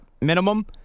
minimum